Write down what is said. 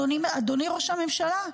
אדוני ראש הממשלה,